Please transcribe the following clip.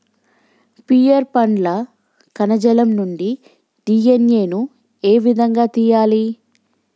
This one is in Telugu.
పియర్ పండ్ల కణజాలం నుండి డి.ఎన్.ఎ ను ఏ విధంగా తియ్యాలి?